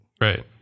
Right